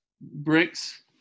Bricks